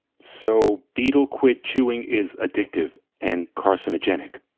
so betel quid chewing is addictive and carcinogenic?